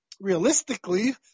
realistically